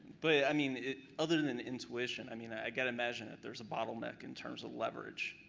but i mean other than intuition, i mean i got imagine that there's a bottleneck in terms of leverage,